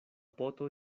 poto